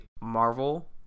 Marvel